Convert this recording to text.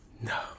No